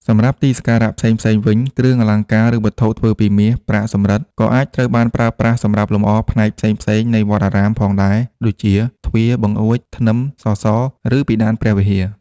សម្រាប់ទីសក្ការៈផ្សេងៗវិញ គ្រឿងអលង្ការ ឬវត្ថុធ្វើពីមាស ប្រាក់ សំរឹទ្ធ ក៏អាចត្រូវបានប្រើប្រាស់សម្រាប់លម្អផ្នែកផ្សេងៗនៃវត្តអារាមផងដែរ ដូចជា ទ្វារ បង្អួច ធ្នឹម សសរ ឬពិដានព្រះវិហារ។